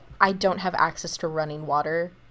I-don't-have-access-to-running-water